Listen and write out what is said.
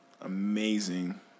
amazing